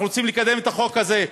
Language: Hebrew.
אנחנו רוצים לקדם את החוק הזה,